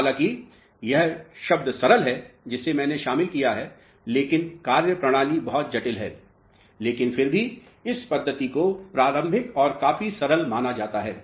हालांकि यह शब्द सरल है जिसे मैंने शामिल किया है लेकिन कार्यप्रणाली बहुत जटिल है लेकिन फिर भी इस पद्धति को प्रारंभिक और काफी सरल माना जाता है